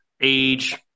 age